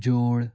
जोड़